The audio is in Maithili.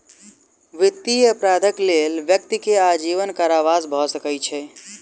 वित्तीय अपराधक लेल व्यक्ति के आजीवन कारावास भ सकै छै